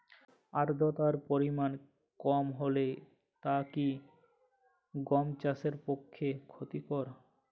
আর্দতার পরিমাণ কম হলে তা কি গম চাষের পক্ষে ক্ষতিকর?